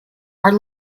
are